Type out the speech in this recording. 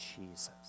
Jesus